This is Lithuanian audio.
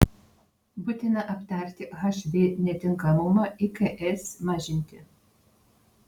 būtina aptarti hv netinkamumą iks mažinti